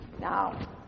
Now